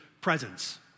presence